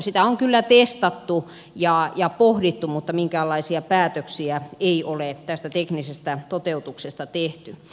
sitä on kyllä testattu ja pohdittu mutta minkäänlaisia päätöksiä ei ole tästä teknisestä toteutuksesta tehty